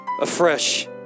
afresh